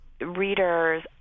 readers